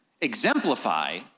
exemplify